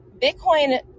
Bitcoin